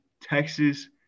Texas